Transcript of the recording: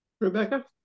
Rebecca